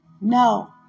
no